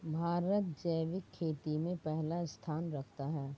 भारत जैविक खेती में पहला स्थान रखता है